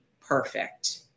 perfect